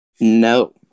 No